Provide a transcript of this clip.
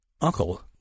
uncle